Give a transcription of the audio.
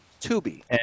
Tubi